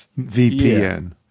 VPN